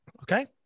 Okay